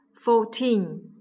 fourteen